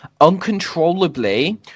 uncontrollably